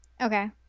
Okay